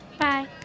Bye